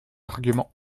argument